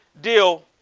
deal